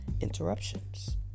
interruptions